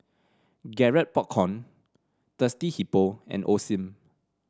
Garrett Popcorn Thirsty Hippo and Osim